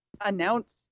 announce